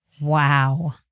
Wow